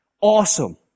Awesome